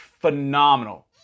phenomenal